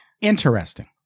Interesting